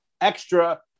extra